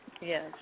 Yes